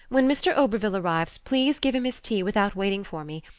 when mr. oberville arrives please give him his tea without waiting for me.